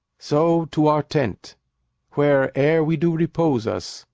so, to our tent where, ere we do repose us,